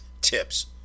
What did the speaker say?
tips